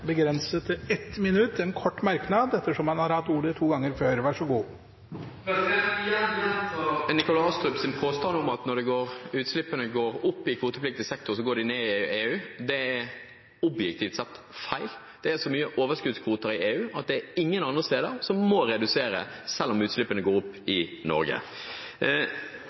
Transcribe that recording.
ordet til en kort merknad, begrenset til 1 minutt. Igjen gjentar representanten Nikolai Astrup sin påstand om at når utslippene går opp i kvotepliktig sektor, så går de ned i EU. Det er – objektivt sett – feil. Det er så mange overskuddskvoter i EU at det er ingen andre steder som må redusere selv om utslippene går opp i Norge.